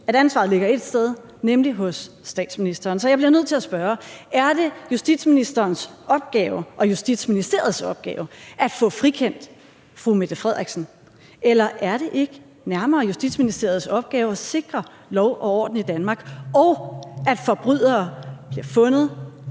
at ansvaret ligger ét sted, nemlig hos statsministeren. Så jeg bliver nødt til at spørge: Er det justitsministerens opgave og Justitsministeriets opgave at få frikendt fru Mette Frederiksen? Eller er det ikke nærmere Justitsministeriets opgave at sikre lov og orden i Danmark, og at forbrydere bliver fundet,